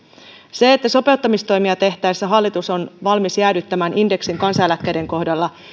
se että sopeuttamistoimia tehtäessä hallitus on valmis jäädyttämään indeksin kansaneläkkeiden kohdalla